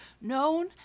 known